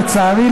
לצערי,